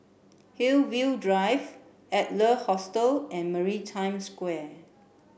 Hillview Drive Adler Hostel and Maritime Square